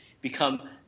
become